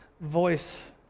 voice